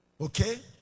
Okay